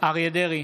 אריה מכלוף דרעי,